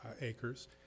acres